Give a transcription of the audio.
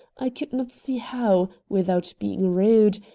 i could not see how, without being rude,